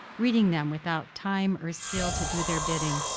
reading them without time or skill to do their bidding,